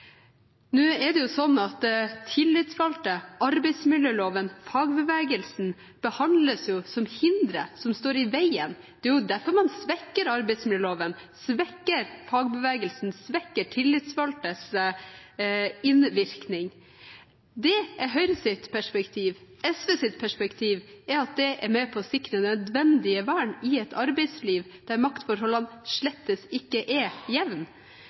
Nå er det sånn at tillitsvalgte, arbeidsmiljøloven og fagbevegelsen behandles som hindre, noe som står i veien. Det er derfor man svekker arbeidsmiljøloven, svekker fagbevegelsen, svekker tillitsvalgtes innvirkning. Det er Høyres perspektiv. SVs perspektiv er at det er med på å sikre nødvendig vern i et arbeidsliv der maktforholdene slettes ikke er